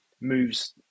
moves